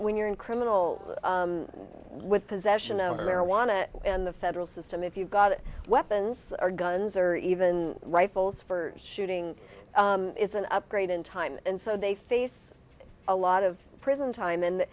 when you're in criminal with possession of marijuana in the federal system if you've got it weapons or guns or even rifles for shooting is an upgrade in time and so they face a lot of prison time and